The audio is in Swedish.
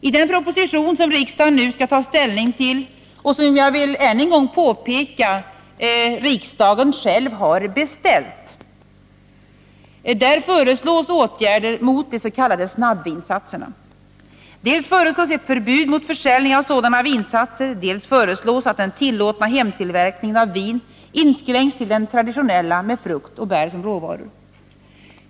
I den proposition som riksdagen nu skall ta ställning till — och som jag än en gång vill påpeka att riksdagen själv har beställt — föreslås åtgärder mot de s.k. snabbvinsatserna. Dels föreslås ett förbud mot försäljning av sådana vinsatser, dels föreslås att den tillåtna hemtillverkningen av vin inskränks till den traditionella med frukt och bär som råvaror.